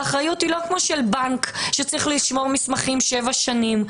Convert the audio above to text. והאחריות היא לא כמו של בנק שצריך לשמור מסמכים שבע שנים.